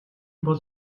бол